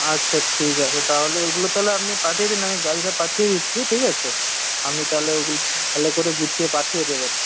আচ্ছা ঠিক আছে তাহলে ওগুলো তাহলে আপনি পাঠিয়ে দিন আমি গাড়িটা পাঠিয়ে দিচ্ছি ঠিক আছে আপনি তাহলে ভালো করে গুছিয়ে পাঠিয়ে দেবেন